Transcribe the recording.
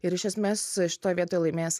ir iš esmės šitoj vietoj laimės